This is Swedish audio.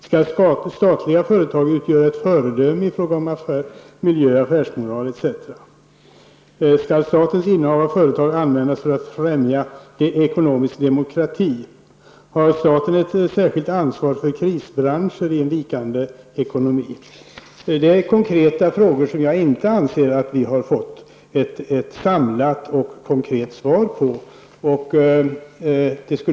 Skall statliga företag utgöra ett föredöme i fråga om miljö, affärsmoral etc.? Skall statens innehav av företag användas för att främja ekonomisk demokrati? Har staten ett särskilt ansvar för krisbranscher i en vikande ekonomi? Det är konkreta frågor som jag inte anser att vi har fått ett samlat och konkret svar på.